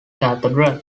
cathedral